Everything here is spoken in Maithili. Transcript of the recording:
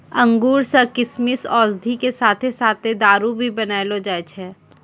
अंगूर सॅ किशमिश, औषधि के साथॅ साथॅ दारू भी बनैलो जाय छै